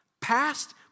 Past